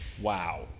Wow